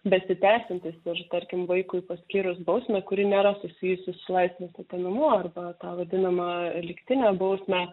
besitęsiantis ir tarkim vaikui paskyrus bausmę kuri nėra susijusi su laisvės atemimu arba tą vadinamą lygtinę bausmę